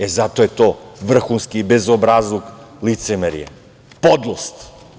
E, zato je to vrhunski bezobrazluk, licemerje, podlost.